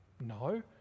No